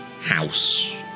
house